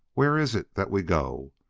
where is it that we go?